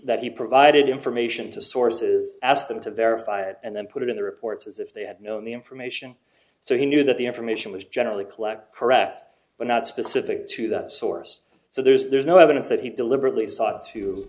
that he provided information to sources ask them to verify it and then put it in the reports as if they had known the information so he knew that the information was generally collect correct but not specific to that source so there's no evidence that he deliberately sought to